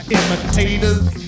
imitators